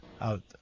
out